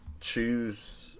choose